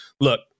look